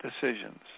decisions